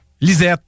Lisette